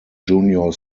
junior